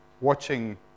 watching